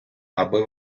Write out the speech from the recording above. аби